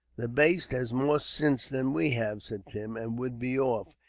that baste has more sinse than we have, said tim and would be off,